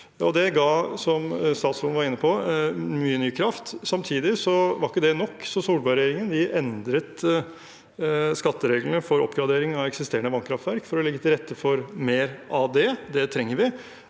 Det ga, som statsråden var inne på, mye ny kraft. Samtidig var ikke det nok, så Solberg-regjeringen endret skattereglene for oppgradering av eksisterende vannkraftverk for å legge til rette for mer av det. Det trenger vi.